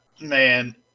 man